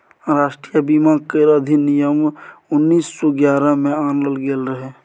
राष्ट्रीय बीमा केर अधिनियम उन्नीस सौ ग्यारह में आनल गेल रहे